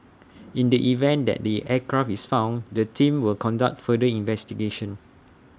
in the event that the aircraft is found the team will conduct further investigation